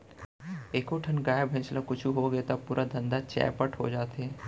एको ठन गाय, भईंस ल कुछु होगे त पूरा धंधा चैपट हो जाथे